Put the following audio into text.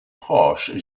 proches